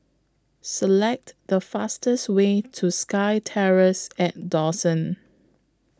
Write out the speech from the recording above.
Select The fastest Way to SkyTerrace At Dawson